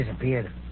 Disappeared